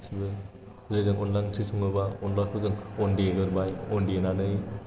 गासैबो जेरै जों अनला ओंख्रि सङोबा अनलाखौ जों अन देग्रोबाय अन देनानै